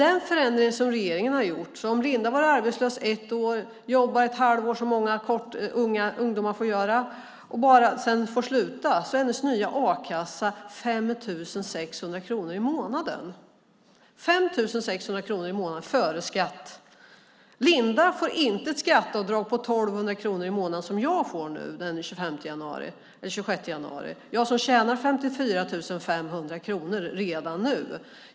Den förändring som regeringen har gjort innebär att om Linda varit arbetslös ett år, jobbat ett halvår, vilket många ungdomar får göra, och sedan måste sluta blir hennes nya a-kasseersättning 5 600 kronor i månaden. 5 600 kronor i månaden före skatt! Linda får inte ett skatteavdrag på 1 200 kronor i månaden, vilket jag som tjänar 54 500 kronor i månaden får den 26 januari.